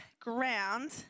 ground